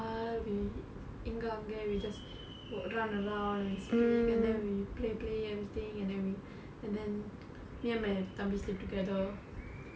we இங்க அங்க:inga anga we just run around and speak and then we play play everything and then we and then me and my தம்பி:thambi sleep together